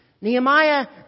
Nehemiah